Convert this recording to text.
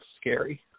scary